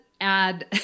add